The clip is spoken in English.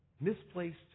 Misplaced